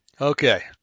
Okay